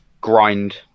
grind